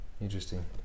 interesting